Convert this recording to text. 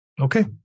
Okay